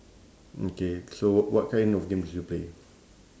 okay so w~ what kind of games do you play